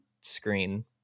screen